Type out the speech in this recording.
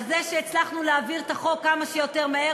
על זה שהצלחנו להעביר את החוק כמה שיותר מהר